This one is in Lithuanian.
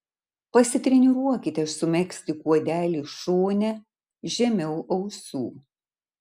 pasitreniruokite sumegzti kuodelį šone žemiau ausų